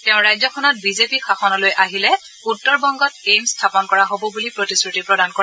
তেওঁ ৰাজ্যখনত বিজেপি শাসনলৈ আহিলে উত্তৰ বংগত এইমছ স্থাপন কৰা হব প্ৰতিশ্ৰুতি প্ৰদান কৰে